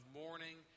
morning